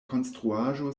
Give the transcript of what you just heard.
konstruaĵo